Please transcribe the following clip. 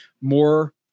more